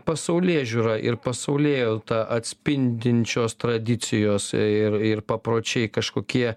pasaulėžiūrą ir pasaulėjautą atspindinčios tradicijos ir ir papročiai kažkokie